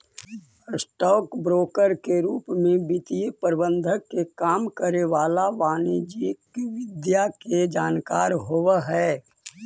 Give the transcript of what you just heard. stock broker के रूप में वित्तीय प्रबंधन के काम करे वाला वाणिज्यिक विधा के जानकार होवऽ हइ